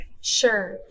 Sure